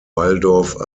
waldorf